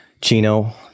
Chino